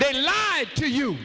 they lied to you